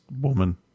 woman